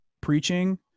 preaching